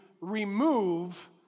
remove